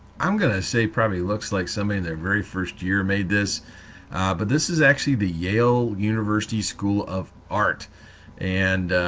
i'm going to say probably looks like somebody in their very first year made this but this is actually the yale university school of art and